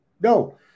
No